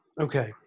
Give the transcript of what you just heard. Okay